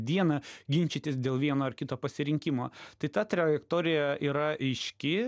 dieną ginčytis dėl vieno ar kito pasirinkimo tai ta trajektorija yra aiški